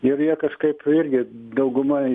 ir jie kažkaip irgi dauguma